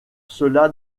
cela